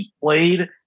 played